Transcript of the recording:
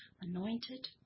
anointed